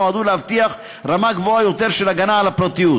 שנועדו להבטיח רמה גבוהה יותר של ההגנה על הפרטיות.